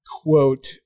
quote